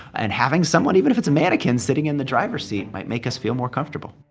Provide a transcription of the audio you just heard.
and having someone, even if it's a mannequin, sitting in the driver's seat might make us feel more comfortable